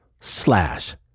slash